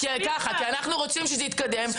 כי אנחנו רוצים שזה יתקדם,